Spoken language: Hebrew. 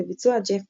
בביצוע ג'ף באקלי.